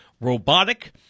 robotic